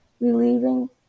Relieving